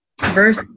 Verse